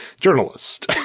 Journalist